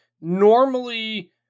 normally